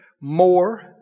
more